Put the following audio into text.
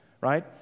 Right